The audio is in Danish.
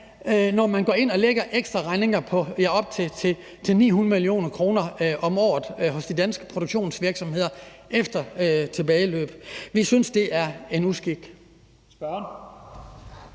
når man går ind og lægger ekstraregninger på op til 900 mio. kr. om året hos de danske produktionsvirksomheder efter tilbageløb. Vi synes, det er en uskik. Kl.